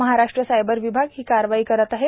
Maharashtra cyber विभाग ही कारवाई करत आहे